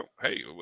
hey